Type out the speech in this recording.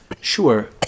Sure